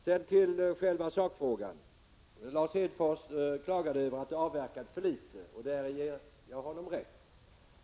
Så till själva sakfrågan. Lars Hedfors klagade över att det avverkas för litet. Däri ger jag honom rätt.